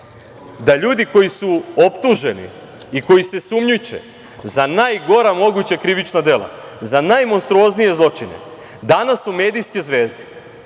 da ljudi koji su optuženi i koji se sumnjiče za najgora moguća krivična dela, za najmonstruoznije zločine, danas su medijske zvezde.